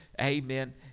amen